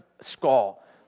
skull